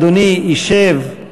אדוני ישב.